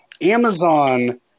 Amazon